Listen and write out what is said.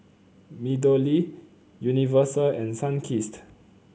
MeadowLea Universal and Sunkist